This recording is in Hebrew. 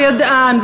וידען,